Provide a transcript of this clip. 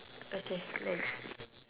okay next